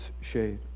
shade